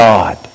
God